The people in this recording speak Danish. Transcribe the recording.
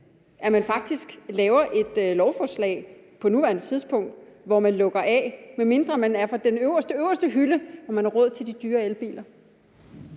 at man faktisk laver et lovforslag på nuværende tidspunkt, hvor man lukker af, medmindre man er fra den øverste, øverste hylde og man har råd til de dyre elbiler?